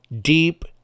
deep